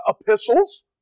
epistles